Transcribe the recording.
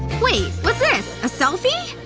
wait. what's this? a selfie?